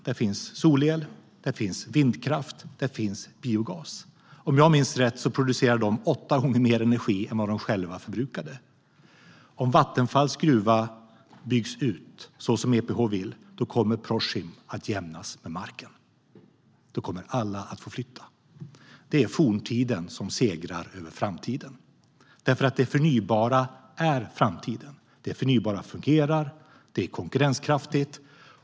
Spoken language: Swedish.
Där finns solel, vindkraft och biogas. Om jag minns rätt producerar de åtta gånger mer energi än de själva förbrukar. Om Vattenfalls gruva byggs ut som EPH vill kommer Proschim att jämnas med marken. Då kommer alla att få flytta. Det är forntiden som segrar över framtiden. Det förnybara är nämligen framtiden. Det fungerar och det är konkurrenskraftigt.